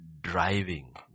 driving